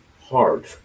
hard